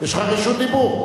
יש לך רשות דיבור.